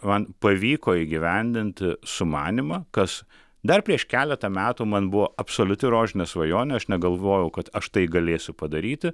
man pavyko įgyvendinti sumanymą kas dar prieš keletą metų man buvo absoliuti rožinė svajonė aš negalvojau kad aš tai galėsiu padaryti